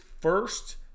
first